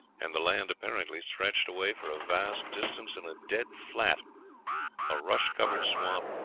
and the land apparently stretched away for a vast distance in a dead flat a rush-covered swamp,